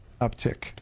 uptick